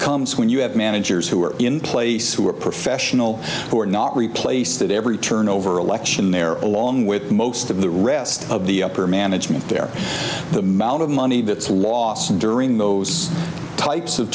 comes when you have managers who are in place who are professional who are not replaced at every turn over election there all along with most of the rest of the upper management there the mount of money that's lost during those types of